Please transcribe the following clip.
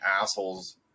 assholes